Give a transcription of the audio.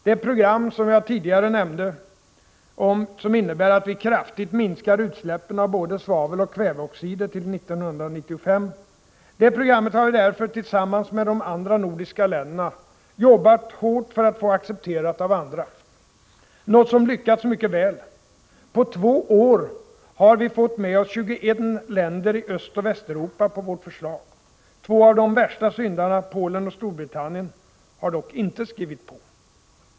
Det program som jag tidigare nämnde — som innebär att vi kraftigt minskar utsläppen av både svaveloch kväveoxider till 1995 — har vi därför, tillsammans med de andra nordiska länderna, arbetat hårt för att få accepterat av andra, något som lyckats mycket väl. På två år har vi fått med oss 21 länder i Östoch Västeuropa på vårt förslag. Två av de värsta syndarna — Polen och Storbritannien — har dock inte skrivit på.